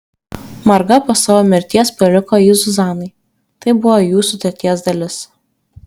marga po savo mirties paliko jį zuzanai tai buvo jų sutarties dalis